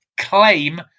claim